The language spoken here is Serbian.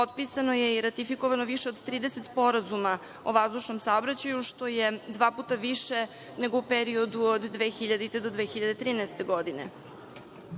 Potpisano je i ratifikovano više od 30 sporazuma o vazdušnom saobraćaju, što je dva puta više nego u periodu od 2000. do 2013. godine.